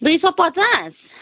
दुई सौ पचास